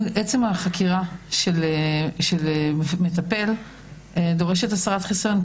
עצם החקירה של מטפל דורשת הסרת חיסיון,